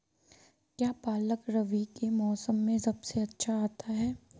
क्या पालक रबी के मौसम में सबसे अच्छा आता है?